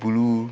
bulu